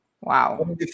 Wow